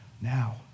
now